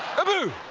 boo!